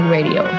Radio